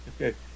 Okay